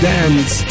Dance